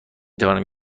توانم